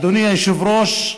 אדוני היושב-ראש,